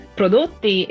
prodotti